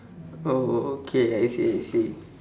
oh okay I see I see